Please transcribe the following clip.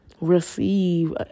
receive